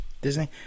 Disney